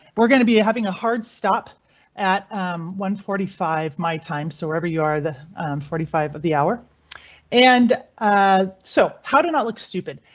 we're going to be having a hard stop at one forty five my time. so wherever you are, forty five of the hour and ah so. how do not look stupid?